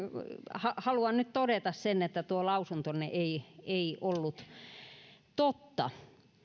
haluan nyt todeta sen että tuo lausuntonne ei ei ollut totta